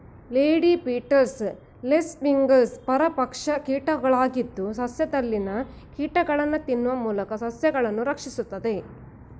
lady beetles, lacewings ಪರಭಕ್ಷ ಕೀಟಗಳಾಗಿದ್ದು, ಸಸ್ಯಗಳಲ್ಲಿನ ಕೀಟಗಳನ್ನು ತಿನ್ನುವ ಮೂಲಕ ಸಸ್ಯಗಳನ್ನು ರಕ್ಷಿಸುತ್ತದೆ